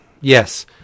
Yes